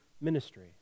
ministry